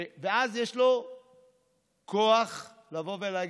ואז יש לו כוח לבוא ולהגיד,